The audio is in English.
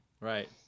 Right